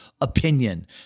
opinion